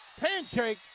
Pancake